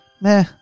meh